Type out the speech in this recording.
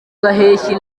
gaheshyi